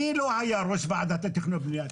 מי לא היה ראש ועדת תכנון ובניה?